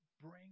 Bring